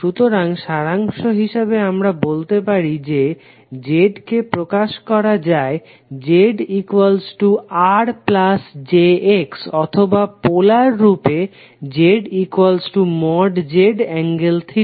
সুতরাং সারাংশ হিসাবে আমরা বলতে পারি যে Z কে প্রকাশ করা যায় ZRjX অথবা পোলার রূপে ZZ∠θ